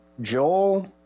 Joel